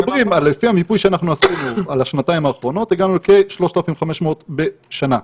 לפי המיפוי שעשינו על השנתיים האחרונות הגענו לכ-3,500 בשנה.